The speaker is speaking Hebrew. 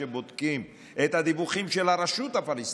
כשבודקים את הדיווחים של הרשות הפלסטינית,